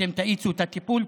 שאתם תאיצו את הטיפול.